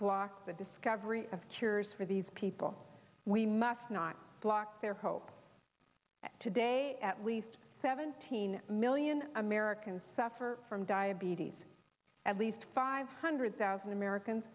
block the discovery of cures for these people we must not block their hope today at least seventeen million americans suffer from diabetes at least five hundred thousand americans